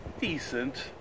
decent